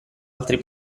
altri